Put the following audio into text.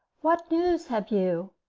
what news have you?